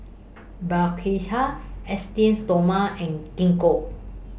Esteem Stoma and Gingko